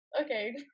okay